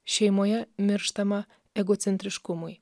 šeimoje mirštama egocentriškumui